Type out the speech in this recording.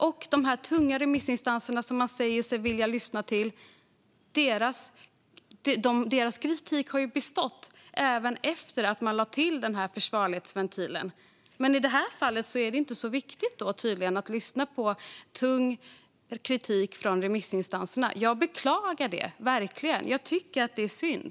Och kritiken från de tunga remissinstanserna, som man säger sig vilja lyssna till, har ju bestått även efter att man lade till försvarlighetsventilen. Men i det här fallet är det tydligen inte så viktigt att lyssna på tung kritik från remissinstanserna. Jag beklagar verkligen det. Jag tycker att det är synd.